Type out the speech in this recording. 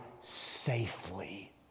safely